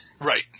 Right